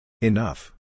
Enough